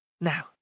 Now